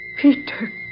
Peter